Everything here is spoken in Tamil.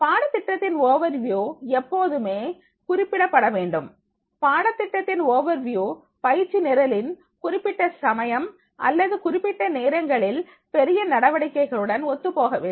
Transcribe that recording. பாடத்திட்டத்தின் ஓவர்வியூ எப்போதுமே குறிப்பிடப்பட வேண்டும் பாடத்திட்டத்தின் ஓவர்வியூ பயிற்சி நிரலின் குறிப்பிட்ட சமயம் அல்லது குறிப்பிட்ட நேரங்களில் பெரிய நடவடிக்கைகளுடன் ஒத்துப் போகவேண்டும்